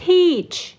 Teach